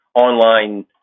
online